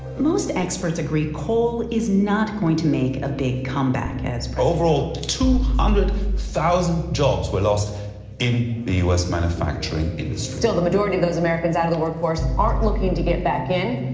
most experts agree coal is not going to make a big comeback as. overall, two hundred thousand jobs were lost in the u s. manufacturing industry still, the majority of those americans out of the workforce aren't looking to get back in.